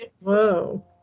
Whoa